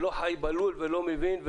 שלא חי בלול ולא מבין,